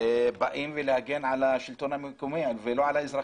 באים להגן על השלטון המקומי ולא על האזרחים,